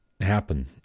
happen